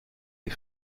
des